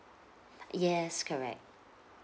yes correct